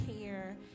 care